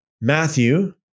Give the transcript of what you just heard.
Matthew